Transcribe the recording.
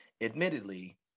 Admittedly